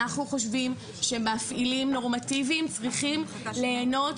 אנחנו חושבים שמפעילים נורמטיביים צריכים ליהנות